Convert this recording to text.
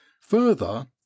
Further